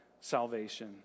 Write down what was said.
salvation